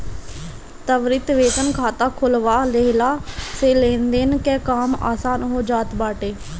त्वरित वेतन खाता खोलवा लेहला से लेनदेन कअ काम आसान हो जात बाटे